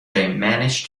managed